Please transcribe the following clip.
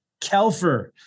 Kelfer